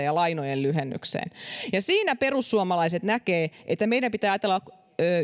ja lainojen lyhennykseen siinä perussuomalaiset näkevät että meidän pitää ajatella